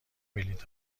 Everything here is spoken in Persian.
بلیط